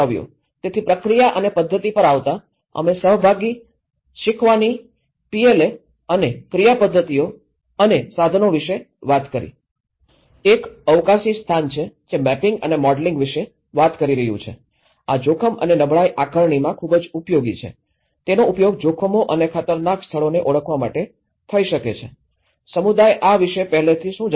તેથી પ્રક્રિયા અને પદ્ધતિઓ પર આવતા અમે સહભાગી શીખવાની પીએલએ અને ક્રિયા પદ્ધતિઓ અને સાધનો વિશે વાત કરી એક અવકાશી સ્થાન છે જે મેપિંગ અને મોડેલિંગ વિશે વાત કરી રહ્યું છે આ જોખમ અને નબળાઈ આકારણીમાં ખૂબ ઉપયોગી છે તેનો ઉપયોગ જોખમો અને ખતરનાક સ્થળોને ઓળખવા માટે થઈ શકે છે સમુદાય આ વિશે પહેલાથી શું જાણે છે